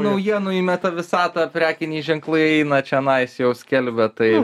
naujienų į meta visatą prekiniai ženklai eina čionais jau skelbia tai